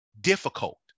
difficult